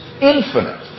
infinite